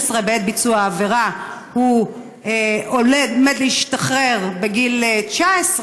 בעת ביצוע העבירה ועומד באמת להשתחרר בגיל 19,